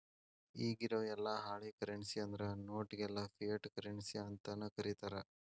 ಇಗಿರೊ ಯೆಲ್ಲಾ ಹಾಳಿ ಕರೆನ್ಸಿ ಅಂದ್ರ ನೋಟ್ ಗೆಲ್ಲಾ ಫಿಯಟ್ ಕರೆನ್ಸಿ ಅಂತನ ಕರೇತಾರ